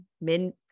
men